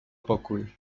pokój